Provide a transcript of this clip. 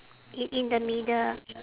i~ in the middle